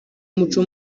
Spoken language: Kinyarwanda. umuco